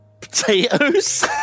Potatoes